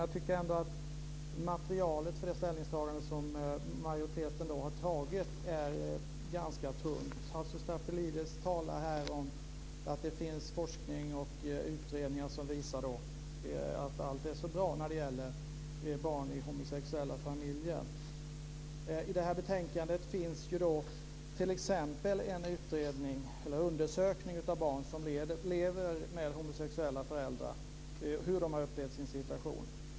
Jag tycker ändå att materialet för det ställningstagande som majoriteten har gjort är ganska tunt. Tasso Stafilidis talar om att det finns forskning och utredningar som visar att allt är så bra när det gäller barn i homosexuella familjer. I betänkandet finns t.ex. en undersökning av barn som lever med homosexuella föräldrar och hur de har upplevt sin situation.